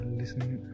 listening